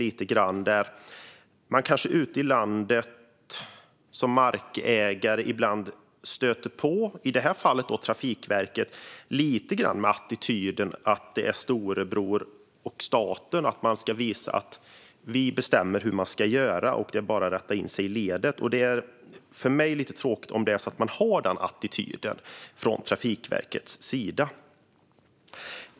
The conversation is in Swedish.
Man kanske som markägare ute i landet lite grann stöter på attityden, i det här fallet hos Trafikverket, att det är storebror staten som bestämmer hur man ska göra. Det är bara att rätta in sig i ledet. Det är lite tråkigt om man har den attityden från Trafikverkets sida.